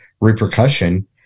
repercussion